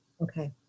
Okay